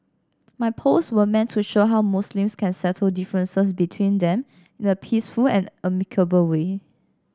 my posts were meant to show how Muslims can settle differences between them in a peaceful and amicable way